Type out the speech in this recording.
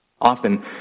Often